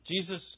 Jesus